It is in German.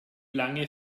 lange